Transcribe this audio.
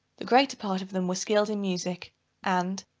the greater part of them were skilled in music and,